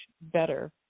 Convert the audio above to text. better